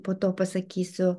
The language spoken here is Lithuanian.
po to pasakysiu